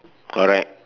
correct